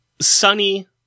sunny